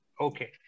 Okay